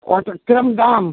ওটা কীরকম দাম